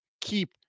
keep